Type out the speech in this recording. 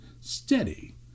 steady